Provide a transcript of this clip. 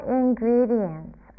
ingredients